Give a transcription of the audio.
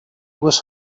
was